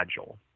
agile